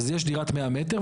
אז יש דירת 100 מ"ר.